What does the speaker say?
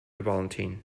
valentine